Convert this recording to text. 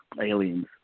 Aliens